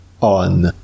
on